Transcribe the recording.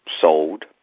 sold